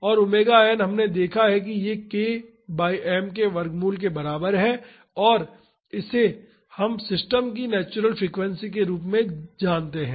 और ⍵n हमने देखा है कि यह k बाई m के वर्गमूल के बराबर है और इसे इस सिस्टम की नेचुरल फ्रीक्वेंसी के रूप में जाना जाता है